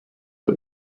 der